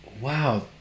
Wow